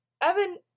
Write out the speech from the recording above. Evan